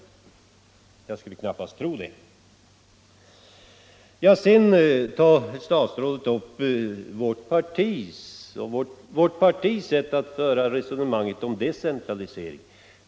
Herr statsrådet tar sedan upp vårt partis sätt att föra resonemanget om decentralisering.